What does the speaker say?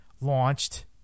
launched